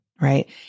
right